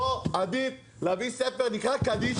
בוא, עדיף להביא ספר, נקרא קדיש.